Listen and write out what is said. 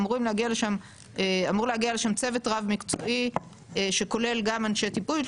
אמור להגיע לשם צוות רב מקצועי שכולל גם אנשי טיפול,